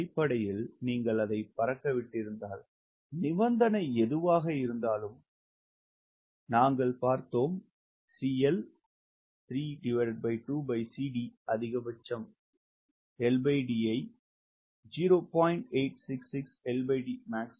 அடிப்படையில் நீங்கள் அதைப் பறக்கவிட்டிருந்தால் நிபந்தனை எதுவாக இருந்தாலும் நாங்கள் பார்த்தோம் அதிகபட்சம் LD ஐ 0